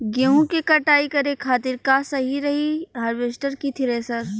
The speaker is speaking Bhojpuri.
गेहूँ के कटाई करे खातिर का सही रही हार्वेस्टर की थ्रेशर?